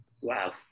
wow